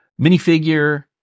minifigure